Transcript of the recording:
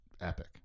epic